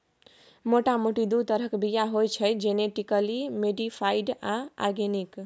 मोटा मोटी दु तरहक बीया होइ छै जेनेटिकली मोडीफाइड आ आर्गेनिक